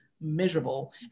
miserable